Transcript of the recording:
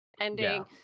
ending